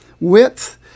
width